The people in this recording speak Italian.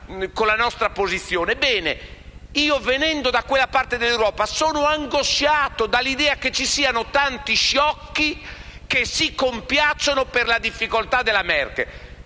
nostra. Venendo da quella parte d'Europa, sono angosciato dall'idea che ci siano tanti sciocchi che si compiacciono per le difficoltà della Merkel.